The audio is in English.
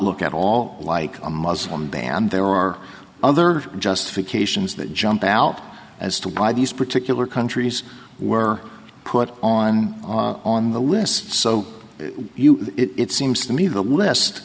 look at all like a muslim bam there are other justification is that jump out as to why these particular countries were put on on the list so it seems to me the